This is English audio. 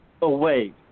away